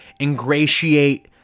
ingratiate